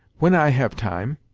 when i have time.